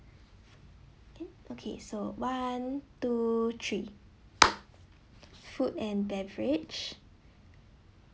okay so one two three food and beverage